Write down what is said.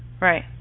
Right